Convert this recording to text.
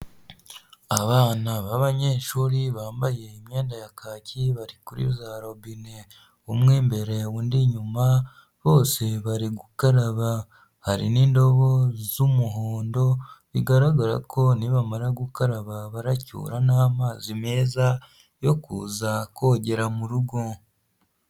Abana b'abanyeshuri bambaye imyenda ya kaki bari kuri za robine umwe mbere undi inyuma bose bari gukaraba, hari n'indobo z'umuhondo bigaragara ko nibamara gukaraba baracyura n'amazi meza yo kuza kogera mu rugo.